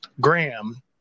Graham